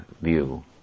view